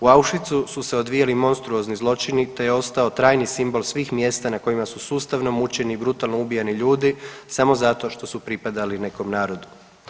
U Auschwitzu su se odvijali monstruozni zločini te je ostao trajni simbol svih mjesta na kojima su sustavno mučeni i brutalno ubijani ljudi, samo zato što su pripadali nekom narodu.